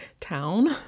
town